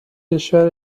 کشور